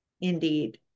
Indeed